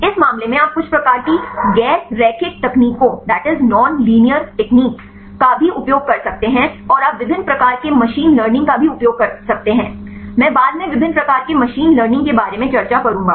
इस मामले में आप कुछ प्रकार की गैर रैखिक तकनीकों का भी उपयोग कर सकते हैं और आप विभिन्न प्रकार के मशीन लर्निंग का भी उपयोग कर सकते हैं मैं बाद में विभिन्न प्रकार के मशीन लर्निंग के बारे में चर्चा करूंगा